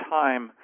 time